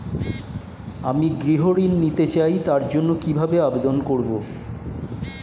আমি গৃহ ঋণ নিতে চাই তার জন্য কিভাবে আবেদন করব?